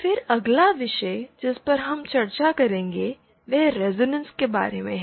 तो फिर अगला विषय जिस पर हम चर्चा करेंगे वह रेजोनेंस के बारे में है